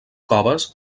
coves